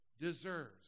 deserves